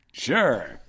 Sure